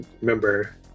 remember